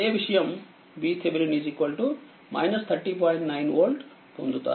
9వోల్ట్ పొందుతారు